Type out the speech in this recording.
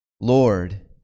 Lord